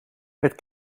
het